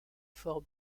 fort